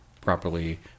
properly